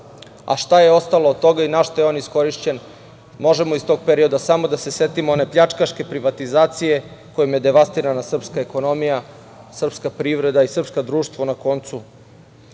a šta je ostalo od toga i na šta je on iskorišćen možemo iz tog perioda samo da setimo one pljačkaške privatizacije na kojem je devastirana srpska ekonomija, srpska privreda i srpsko društvo na koncu